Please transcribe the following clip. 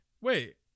Wait